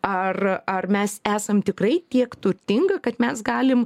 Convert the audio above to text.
ar ar mes esam tikrai tiek turtinga kad mes galim